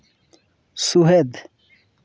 ᱥᱩᱦᱮᱫ